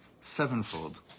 sevenfold